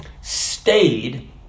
stayed